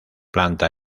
planta